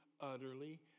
utterly